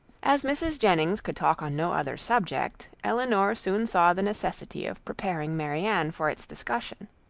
as mrs. jennings could talk on no other subject, elinor soon saw the necessity of preparing marianne for its discussion.